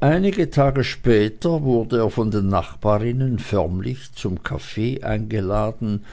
einige tage später wurde er von den nachbarinnen förmlich zum kaffee eingeladen